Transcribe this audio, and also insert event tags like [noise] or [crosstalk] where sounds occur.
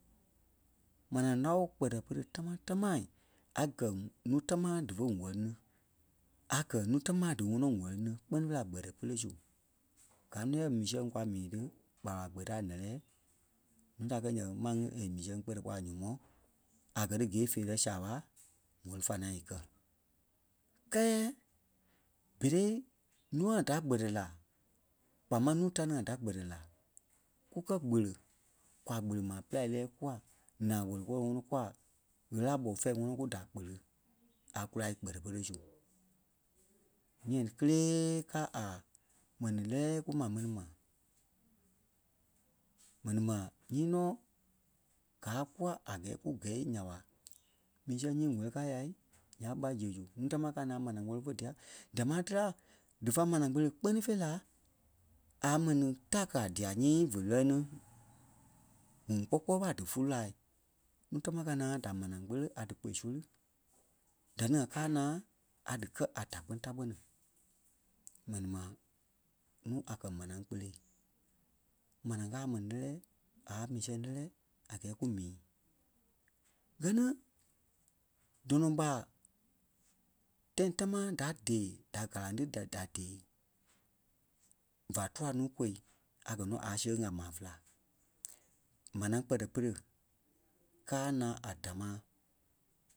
Manaa lao kpɛtɛ pere tama-tamaa a gɛ núu dífe wɛlini, a gɛ núu tamaa dí ŋɔnɔ wɛlini kpɛ́ni fêi la gbɛtɛ pere su. [noise] Gaa nɔ yɛɛ mii sɛŋ kwa mii ti ɓa ra gbɛtɛ a nɛlɛɛ nuu da a kɛ́ yɛ̂ maŋ ŋí é mii sɛŋ kpɛtɛ kpɔ́ a nyɔmɔɔ a gɛ ti gîe feerɛ saaɓa wɛli fa ŋaŋ íkɛ. Kɛɛ berei nûa da gbɛtɛ la kpaa máŋ nuu ta ni ŋa da gbɛtɛ la kúkɛ kpele kwa kpele maa pela é lɛɛ kua naa wɛli kɔɔ ŋɔnɔ kua ɣele a ɓɔ́ fɛ̂ɛ ŋɔnɔ ku da kpele a kùla gbɛtɛ pere su. ŋ̀ɛɛ kélee kaa a mɛni lɛlɛɛ ku maa mɛni ma. Mɛni ma, nyii nɔ gaa kua a gɛɛ ku gɛ̂i nya ɓa mii sɛŋ nyii wɛli kaa ya nya ɓe ɓa zíɣe su. Nuu tamaa káa naa manaa wɛli fe dîa damaa téla dífa manaa kpele kpɛ́ni fêi la a mɛni da kɛ̀ a dîa nyii fe lɛlɛ-ni ŋuŋ kpɔ́ kpɔɔi ɓa a dí fúlu-laa. Núu tamaa káa naa da manaa kpele a dí kôi soli, da ni ŋa káa naa a dí kɛ̀ a da kpɛ́ni da kpɛ̀ni. Mɛni ma, núu a kɛ̀ manaa kpele manaa káa a mɛni lɛ́lɛɛ aa mii sɛŋ lɛ́lɛɛ a gɛɛ ku mii. Gɛ́ ni dɔnɔ ɓa tãi támaa da dee da karaŋ ti tɛ- ta dee và tua nuu kói a kɛ́ nɔ a sẽŋ a maa féla. Manaa kpɛtɛ pere káa naa a damaa,